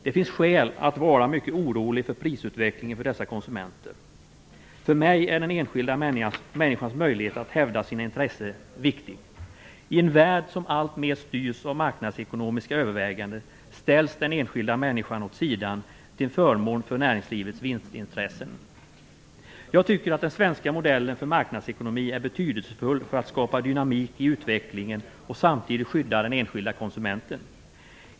Det finns skäl att vara mycket orolig för prisutvecklingen för dessa konsumenter. För mig är den enskilda människans möjlighet att hävda sina intressen viktig. I en värld som alltmer styrs av marknadsekonomiska överväganden ställs den enskilda människan åt sidan till förmån för näringslivets vinstintressen. Jag tycker att den svenska modellen för marknadsekonomi är betydelsefull för att skapa dynamik i utvecklingen och samtidigt skydda den enskilda konsumenten.